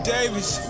Davis